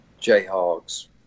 Jayhawks